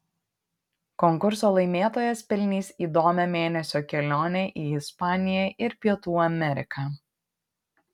konkurso laimėtojas pelnys įdomią mėnesio kelionę į ispaniją ir pietų ameriką